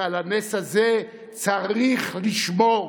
ועל הנס הזה צריך לשמור.